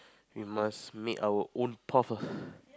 we must make our own path